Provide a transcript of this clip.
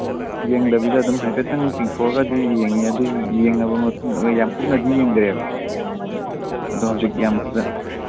ꯌꯦꯡꯗꯕꯤꯗ ꯍꯥꯏꯐꯦꯠꯇꯪ ꯇꯤꯡꯊꯣꯛꯑꯒꯗꯤ ꯌꯦꯡꯉꯤ ꯑꯗꯨ ꯌꯦꯡꯉꯕ ꯌꯥꯝ ꯀꯨꯞꯅꯗꯤ ꯌꯦꯡꯗꯔꯦꯕ ꯑꯗꯣ ꯍꯧꯖꯤꯛ ꯌꯥꯝ ꯐꯖꯅ